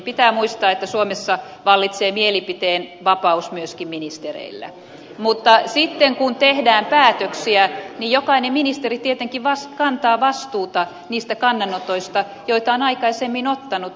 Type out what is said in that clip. pitää muistaa että suomessa vallitsee mielipiteenvapaus myöskin ministereillä mutta sitten kun tehdään päätöksiä jokainen ministeri tietenkin kantaa vastuuta niistä kannanotoista joita on aikaisemmin ottanut